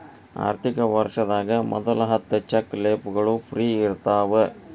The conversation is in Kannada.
ಆರ್ಥಿಕ ವರ್ಷದಾಗ ಮೊದಲ ಹತ್ತ ಚೆಕ್ ಲೇಫ್ಗಳು ಫ್ರೇ ಇರ್ತಾವ